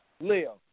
Leo